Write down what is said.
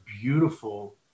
beautiful